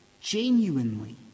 genuinely